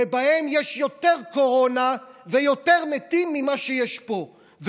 ובהן יש יותר קורונה ויותר מתים ממה שיש פה,